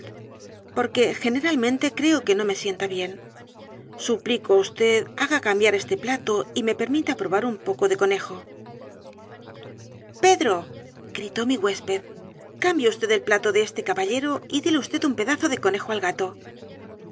porque generalmente creo que no me sienta bien suplico á vd haga cambiar este plato y me permita probar un poco de conejo el doctor brea y el profesor ploma pedro gritó mi huésped cambie vd el plato de este caballero y déle ycl un pedazo de conejo al gato